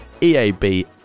EAB